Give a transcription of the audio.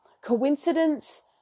coincidence